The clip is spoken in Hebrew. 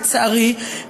לצערי,